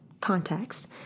context